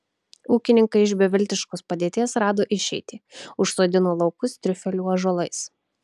ūkininkai iš beviltiškos padėties rado išeitį užsodino laukus triufelių ąžuolais